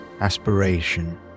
aspiration